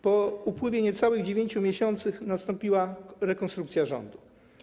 Po upływie niecałych 9 miesięcy nastąpiła rekonstrukcja rządu.